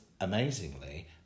amazingly